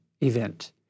event